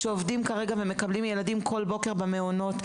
שעובדים כרגע ומקבלים ילדים כל בוקר במעונות.